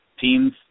teams